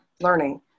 learning